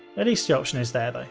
at least the option is there, though.